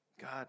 God